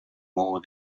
more